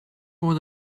voor